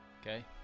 okay